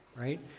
right